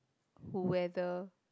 weather